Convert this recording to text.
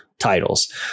titles